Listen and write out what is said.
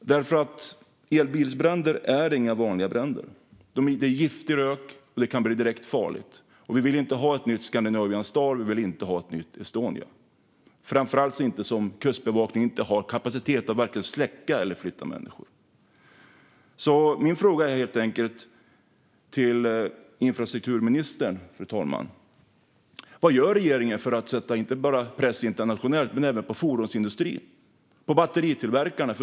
Elbilsbränder är inga vanliga bränder. Det bildas giftig rök, och det kan bli direkt farligt. Vi vill inte ha ett nytt Scandinavian Star eller ett nytt Estonia, framför allt eftersom Kustbevakningen inte har kapacitet att släcka eller att flytta människor. Fru talman! Min fråga till infrastrukturministern är helt enkelt: Vad gör regeringen för att sätta press inte bara internationellt utan även på fordonsindustrin och batteritillverkarna?